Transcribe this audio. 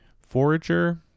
forager